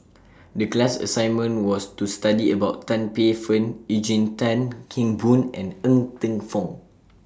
The class assignment was to study about Tan Paey Fern Eugene Tan Kheng Boon and Ng Teng Fong